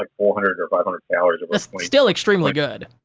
um four hundred or five hundred calories and that's still extremely good.